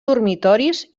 dormitoris